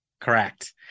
correct